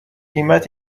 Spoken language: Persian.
قیمت